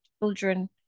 children